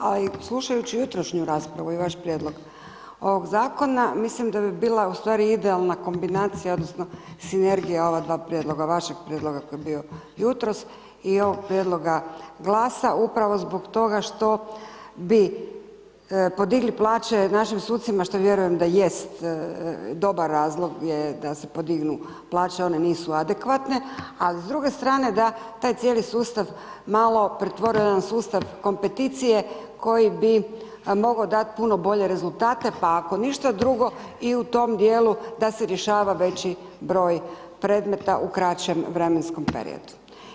A i slušajući jutrošnju raspravu i vaš prijedlog ovog zakona mislim da bi bila ustvari idealna kombinacija odnosno sinergija ova dva prijedloga, vašeg prijedloga koji je bio jutros i ovog prijedloga GLAS-a upravo zbog toga što bi podigli plaće našim sucima što vjerujem da jest dobar razlog je da se podignu plaće, one nisu adekvatne, ali s druge strane da taj cijeli sustav malo pretvore u jedan sustav kompeticije koji bi mogao dati puno bolje rezultate pa ako ništa drugo i u tom dijelu da se rješava veći broj predmeta u kraćem vremenskom periodu.